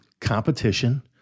competition